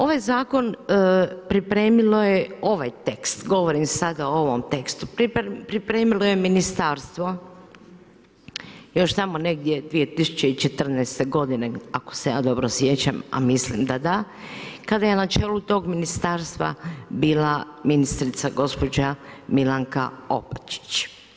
Ovaj zakon pripremilo je ovaj tekst, govorim sada o ovom tekstu, pripremilo je ministarstvo još tamo negdje 2014. godine, ako se ja dobro sjećam, a mislim da da, kada je na čelu tog ministarstva bila ministrica gospođa Milanka Opačić.